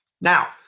Now